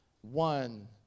one